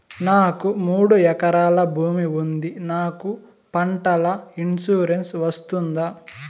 నాకు మూడు ఎకరాలు భూమి ఉంది నాకు పంటల ఇన్సూరెన్సు వస్తుందా?